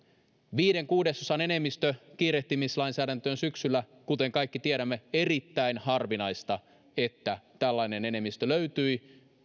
viiden kuudesosan enemmistö kiirehtimislainsäädäntöön syksyllä kuten kaikki tiedämme on erittäin harvinaista että tällainen enemmistö löytyi